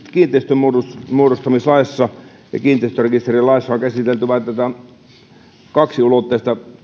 kiinteistönmuodostamislaissa ja kiinteistörekisterilaissa on käsitelty vain kaksiulotteisen